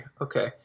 Okay